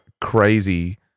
crazy-